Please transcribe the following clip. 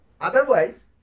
Otherwise